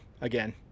again